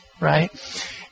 right